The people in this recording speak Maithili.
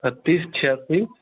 बत्तीस छियासी